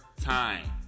time